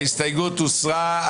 ההסתייגות הוסרה.